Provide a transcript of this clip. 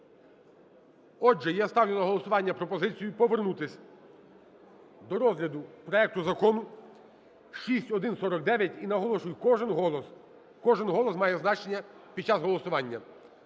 Отже, я ставлю на голосування пропозицію повернутись до розгляду проекту закону 6149 і, наголошую, кожен голос, кожен голос має значення під час голосування.